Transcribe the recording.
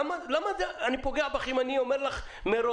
למה אני פוגע בך אם אני אומר לך מראש,